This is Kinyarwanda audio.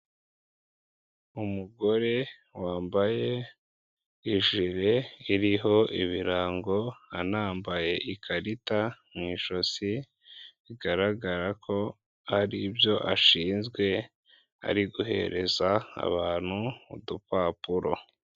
Umugore wambaye ijire iriho ibirango anambaye ikarita mu ijosi bigaragara ko ari ibyo ashinzwe ari guhereza abantu udupapuro.